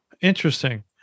Interesting